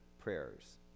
prayers